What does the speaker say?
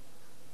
בבקשה, אדוני.